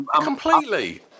Completely